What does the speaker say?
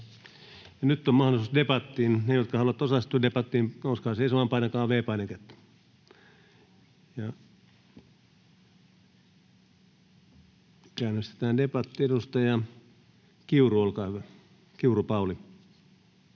nyt on mahdollisuus debattiin. Ne, jotka haluavat osallistua debattiin, nouskaa seisomaan ja painakaa V-painiketta. — Käynnistetään debatti. Edustaja Kiuru, Pauli,